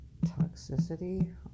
toxicity